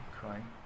crying